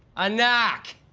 a knock?